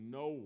no